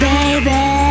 Baby